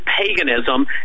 paganism